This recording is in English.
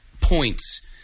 points